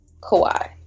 Kawhi